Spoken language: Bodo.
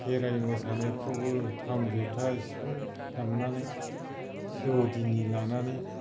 खेराइ मोसानायफ्रावबो खाम जथा सिफुं दामनानै दौदिनि लानानै